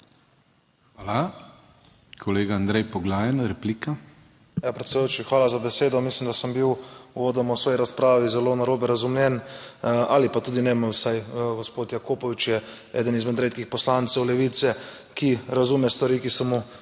Hvala. Kolega Andrej Poglajen, replika.